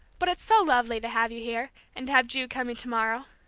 but it's so lovely to have you here, and to have ju coming to-morrow,